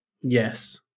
yes